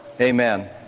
Amen